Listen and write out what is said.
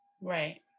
Right